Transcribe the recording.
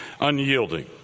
unyielding